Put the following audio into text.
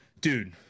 Dude